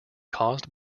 caused